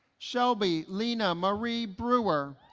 shelby lena marie brewer